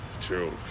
True